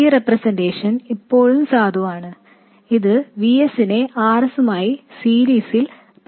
ഈ ചിത്രീകരണം ഇപ്പോഴും സാധുവാണ് ഇതിനെ ചിത്രീകരിക്കുന്നത് VS RS മായി സീരീസിലായിട്ടാണ്